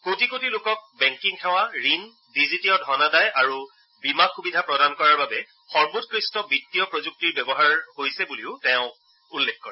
কোটি কোটি লোকক বেংকিং সেৱা ঋণ ডিজিটীয় ধনাদায় আৰু বীমা সুবিধা প্ৰদান কৰাৰ বাবে সৰ্বোৎকৃষ্ট বিত্তীয় প্ৰযুক্তিৰ ব্যৱহাৰ কৰা হৈছে বুলিও তেওঁ উল্লেখ কৰে